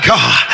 God